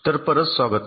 तर परत स्वागत